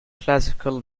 classical